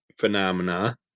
phenomena